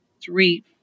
three